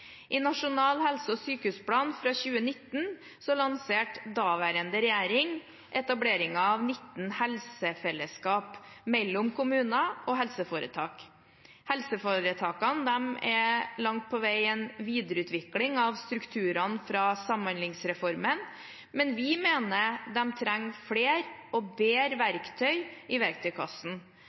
I Nasjonal helse- og sykehusplan fra 2019 lanserte daværende regjering etableringen av 19 helsefellesskap mellom kommuner og helseforetak. Helsefellesskapene er langt på vei en videreutvikling av strukturene fra samhandlingsreformen, men vi mener de trenger flere og bedre verktøy i verktøykassen